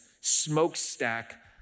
smokestack